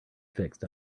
fixed